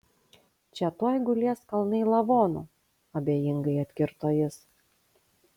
čia tuoj gulės kalnai lavonų abejingai atkirto jis